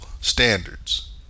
standards